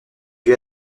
vue